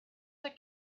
the